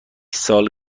سال